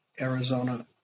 Arizona